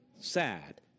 sad